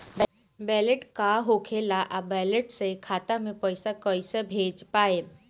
Wallet का होखेला और वैलेट से खाता मे पईसा कइसे भेज पाएम?